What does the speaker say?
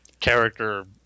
Character